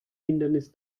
hindernis